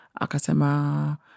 akasema